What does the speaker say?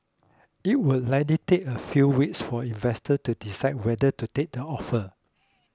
it will likely take a few weeks for investor to decide whether to take the offer